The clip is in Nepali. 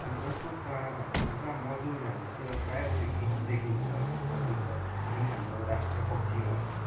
अनि अर्को चरा भन्नुपर्दा मजुर हाम्रोतिर प्रायैः देखि देखिन्छ अब मजुर त अब त्यसै पनि हाम्रो राष्ट्रिय पक्षी हो